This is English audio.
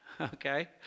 Okay